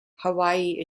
hawaii